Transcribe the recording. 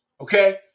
okay